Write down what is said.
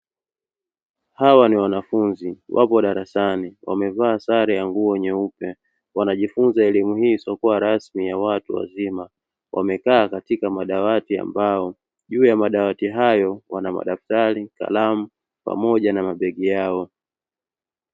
Hawa ni wanafunzi wapo darasani, wamevaa sare ya nguo nyeupe, wanajifunza elimu hii isiyokuwa rasmi ya watu wazima. Wamekaa katika madawati ya mbao, juu ya madawati hayo wana madaftari, kalamu pamoja na mabegi yao.